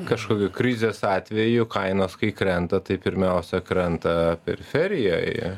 kažkokiu krizės atveju kainos kai krenta tai pirmiausia krenta periferijoj